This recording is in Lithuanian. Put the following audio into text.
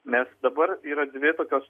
nes dabar yra dvi tokios